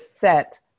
set